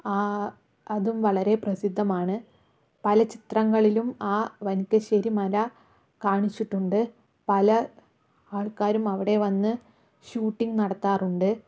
ആ അതും വളരെ പ്രസിദ്ധമാണ് പല ചിത്രങ്ങളിലും ആ വനിക്കശ്ശേരി മന കാണിച്ചിട്ടുണ്ട് പല ആൾക്കാരും അവിടെ വന്ന് ഷൂട്ടിംഗ് നടത്താറുണ്ട്